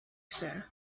sir